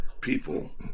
people